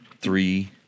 three